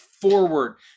forward